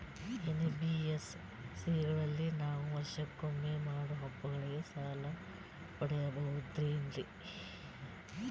NBSC ಗಳಲ್ಲಿ ನಾವು ವರ್ಷಕೊಮ್ಮೆ ಮಾಡೋ ಹಬ್ಬಗಳಿಗೆ ಸಾಲ ಪಡೆಯಬಹುದೇನ್ರಿ?